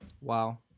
Wow